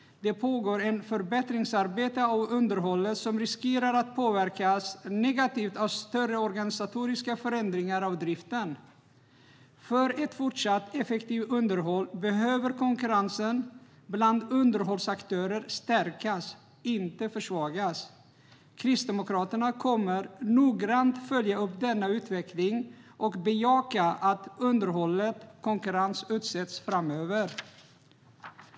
Det pågår ett förbättringsarbete av underhållet som riskerar att påverkas negativt av större organisatoriska förändringar av driften. För ett fortsatt effektivt underhåll behöver konkurrensen bland underhållsaktörer stärkas, inte försvagas. Kristdemokraterna kommer noggrant att följa upp denna utveckling och bejaka att underhållet konkurrensutsätts framöver.